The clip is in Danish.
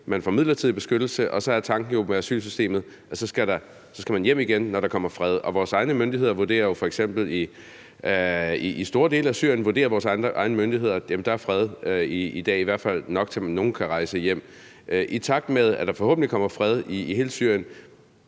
og får midlertidig beskyttelse, så skal man hjem igen, når der kommer fred. Vores egne myndigheder vurderer jo f.eks., at der i store dele af Syrien er fred i dag, i hvert fald fred nok til, at nogle kan rejse hjem. I takt med at der forhåbentlig kommer fred i hele Syrien